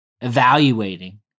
evaluating